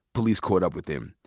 police caught up with him.